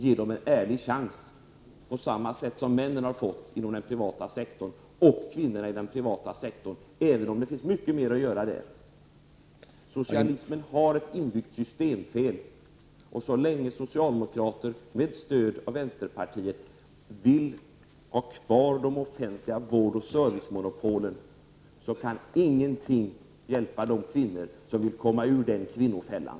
Ge dem en ärlig chans, samma chans som männen -- och kvinnorna -- har fått inom den privata sektorn, även om det finns mycket mer att göra där. Socialismen har ett inbyggt systemfel, och så länge som socialdemokraterna med hjälp av vänsterpartiet vill ha kvar de offentliga vård och servicemonopolen, kan ingenting hjälpa de kvinnor som vill komma ur den kvinnofällan.